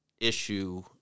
issue